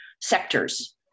sectors